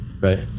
Right